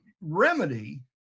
remedy